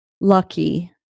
lucky